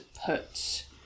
put